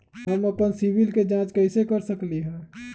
हम अपन सिबिल के जाँच कइसे कर सकली ह?